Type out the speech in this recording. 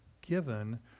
given